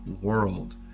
world